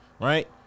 right